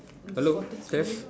hello test